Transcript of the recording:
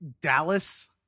dallas